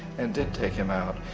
and did take him out.